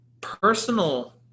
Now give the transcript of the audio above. personal